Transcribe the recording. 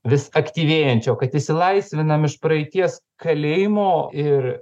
vis aktyvėjančio kad išsilaisvinam iš praeities kalėjimo ir